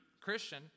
Christian